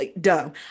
Dumb